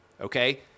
okay